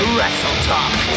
WrestleTalk